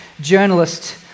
journalist